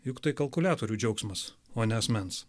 juk tai kalkuliatorių džiaugsmas o ne asmens